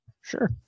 Sure